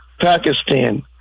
Pakistan